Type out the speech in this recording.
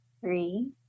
Three